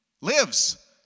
lives